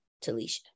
Talisha